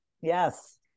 Yes